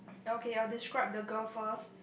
okay I'll describe the girl first